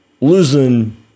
losing